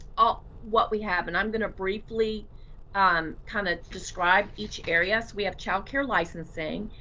ah what we have. and i'm gonna briefly um kind of describe each area. so we have child care licensing.